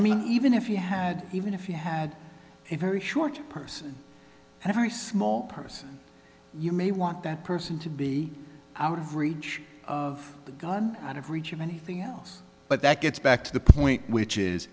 i mean even if you had even if you had a very short person and a very small person you may want that person to be out of reach of the gun out of reach of anything else but that gets back to the point which is